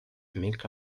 mirco